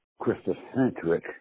Christocentric